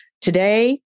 Today